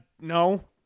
no